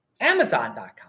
Amazon.com